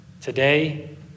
Today